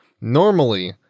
normally